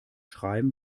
schreiben